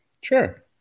Sure